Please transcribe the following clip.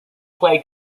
played